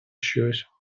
щось